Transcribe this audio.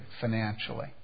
financially